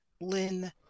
Lynn